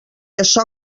açò